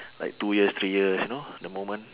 like two years three years you know the moment